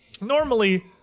Normally